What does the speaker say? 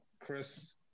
Chris